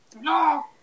No